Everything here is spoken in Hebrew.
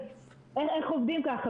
איך עובדים ככה?